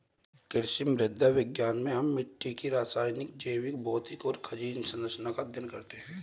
कृषि मृदा विज्ञान में हम मिट्टी की रासायनिक, जैविक, भौतिक और खनिज सरंचना का अध्ययन करते हैं